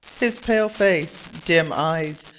his pale face, dim eyes,